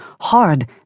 hard